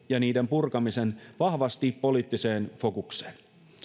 ja niiden purkamisen vahvasti poliittiseen fokukseen